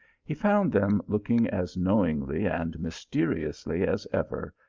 he found them looking as knowingly and mysteriously as ever,